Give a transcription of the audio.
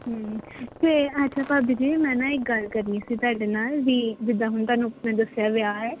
ਅਤੇ ਅੱਛਾ ਭਾਬੀ ਜੀ ਮੈਂ ਇੱਕ ਗੱਲ ਕਰਨੀ ਸੀ ਤੁਹਾਡੇ ਨਾਲ ਵੀ ਜਿੱਦਾਂ ਹੁਣ ਤੁਹਾਨੂੰ ਦੱਸਿਆ ਵਿਆਹ ਹੈ